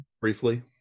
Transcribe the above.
Briefly